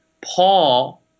Paul